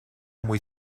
muy